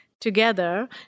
together